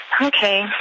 Okay